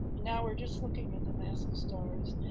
now we're just looking at the massive stars,